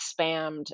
spammed